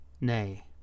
Nay